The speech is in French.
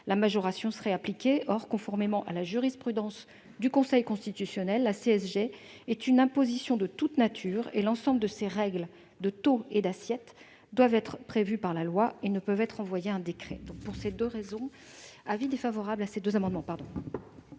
la majoration serait appliquée. Or, conformément à la jurisprudence du Conseil constitutionnel, la CSG est une imposition de toute nature ; l'ensemble des règles qui la concernent en matière de taux et d'assiette doivent donc être prévues par la loi et ne peuvent être renvoyées à un décret. Le Gouvernement est défavorable à ces deux amendements.